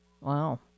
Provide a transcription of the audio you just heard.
Wow